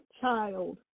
child